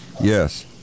Yes